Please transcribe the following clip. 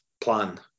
plan